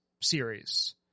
series